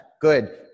Good